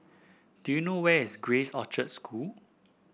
do you know where is Grace Orchard School